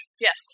Yes